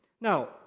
Now